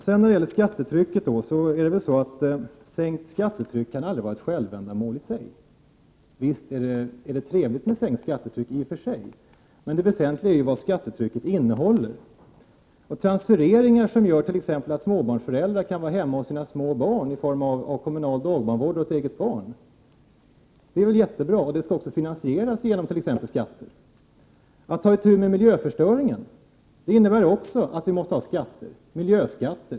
Sänkt skattetryck kan väl aldrig vara ett självändamål i sig. Visst är det i och för sig trevligt med ett sänkt skattetryck, men det väsentliga är ju vad skattetrycket innebär. Transfereringar som gör att småbarnsföräldrar kan vara hemma hos sina små barn genom att vara dagbarnvårdare för eget barn är ju jättebra, och detta skall också finansieras genom skatter. Att ta itu med miljöförstöringen innebär också att vi måste ha skatter, miljöskatter.